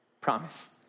promise